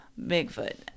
Bigfoot